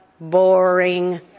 boring